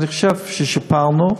אני חושב ששיפרנו,